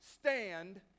stand